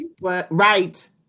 right